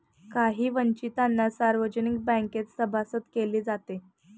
काही वंचितांना सार्वजनिक बँकेत सभासद केले जाते